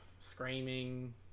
screaming